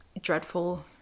dreadful